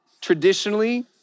traditionally